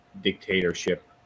dictatorship